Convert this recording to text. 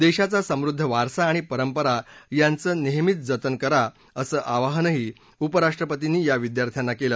देशाचा समृद्ध वारसा आणि परंपरा यांचं नेहमीच जतन करा असं आवाहनही उपराष्ट्रपतींनी या विद्यार्थ्यांना केलं